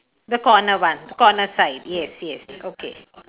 the corner one corner side yes yes okay